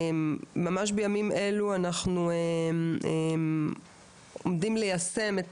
ממש בימים אלו אנחנו עומדים ליישם את